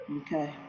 Okay